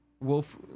Wolf